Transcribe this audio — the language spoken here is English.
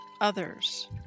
others